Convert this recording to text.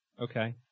Okay